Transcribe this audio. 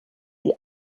die